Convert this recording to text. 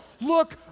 look